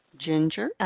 Ginger